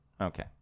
Okay